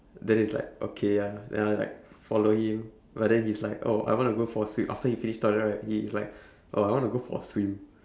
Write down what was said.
then it's like okay ah ya then I was like follow him but then he's like oh I wanna go for a swim after he finish toilet right he's like oh I wanna go for a swim